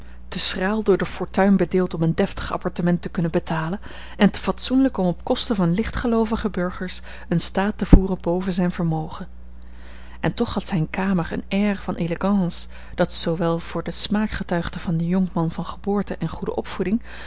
te schraal door de fortuin bedeeld om een deftig appartement te kunnen betalen en te fatsoenlijk om op kosten van lichtgeloovige burgers een staat te voeren boven zijn vermogen en toch had zijne kamer een air van élégance dat zoowel voor den smaak getuigde van den jonkman van geboorte en goede opvoeding